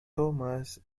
thomas